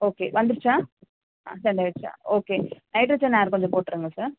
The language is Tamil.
ஓகே வந்துடுச்சா ஆ சென்ட் ஆயிடிச்சா ஓகே நைட்ரஜன் ஏர் கொஞ்சம் போட்டிருங்க சார்